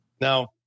Now